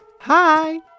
Hi